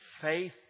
faith